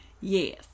Yes